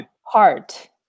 heart